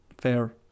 Fair